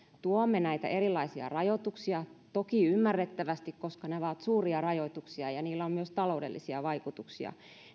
tuomme näitä erilaisia rajoituksia toki ymmärrettävästi koska ne ovat suuria rajoituksia ja niillä on myös taloudellisia vaikutuksia